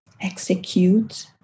execute